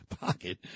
pocket